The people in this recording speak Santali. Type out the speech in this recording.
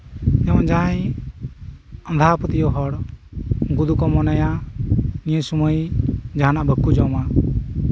ᱡᱮᱢᱚᱱ ᱡᱟᱦᱟᱸᱭ ᱟᱸᱫᱷᱟ ᱯᱟᱹᱛᱭᱟᱹᱣ ᱦᱚᱲ ᱩᱱᱠᱩ ᱫᱚᱠᱚ ᱢᱮᱱᱟ ᱱᱤᱭᱟᱹ ᱥᱚᱢᱚᱭ ᱡᱟᱸᱦᱟᱱᱟᱜ ᱵᱟᱠᱚ ᱡᱚᱢᱟ